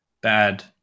bad